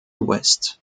west